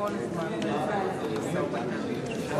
הצעת חוק חובת המכרזים (תיקון,